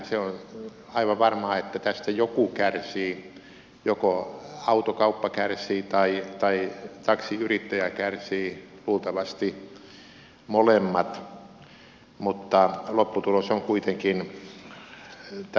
se on aivan varmaa että tästä joku kärsii joko autokauppa kärsii tai taksiyrittäjä kärsii luultavasti molemmat mutta lopputulos on kuitenkin tällaisenaan siedettävissä